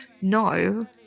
no